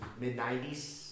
mid-90s